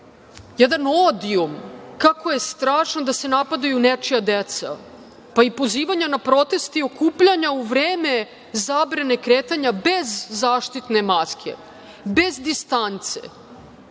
jedan odijum kako je strašno da se napadaju nečija deca, pa i pozivanja na proteste i okupljanja u vreme zabrane kretanja bez zaštitne maske, bez distance